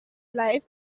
life